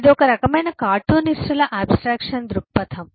ఇది ఒక రకమైన కార్టూనిస్టుల ఆబ్స్ట్రాక్షన్ దృక్పథం